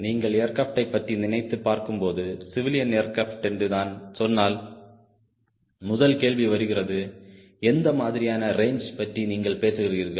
நீங்கள் ஏர்க்ரப்டை பற்றி நினைத்துப் பார்க்கும்போது சிவிலியன் ஏர்க்ரப்ட் என்று நான் சொன்னால் முதல் கேள்வி வருகிறது எந்த மாதிரியான ரேஞ்ச் பற்றி நீங்கள் பேசுகிறீர்கள்